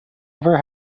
ever